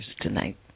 tonight